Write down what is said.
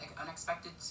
unexpected